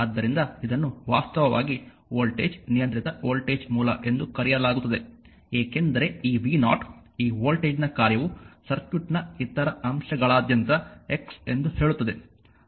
ಆದ್ದರಿಂದ ಇದನ್ನು ವಾಸ್ತವವಾಗಿ ವೋಲ್ಟೇಜ್ ನಿಯಂತ್ರಿತ ವೋಲ್ಟೇಜ್ ಮೂಲ ಎಂದು ಕರೆಯಲಾಗುತ್ತದೆ ಏಕೆಂದರೆ ಈ v0 ಈ ವೋಲ್ಟೇಜ್ನ ಕಾರ್ಯವು ಸರ್ಕ್ಯೂಟ್ನ ಇತರ ಅಂಶಗಳಾದ್ಯಂತ x ಎಂದು ಹೇಳುತ್ತದೆ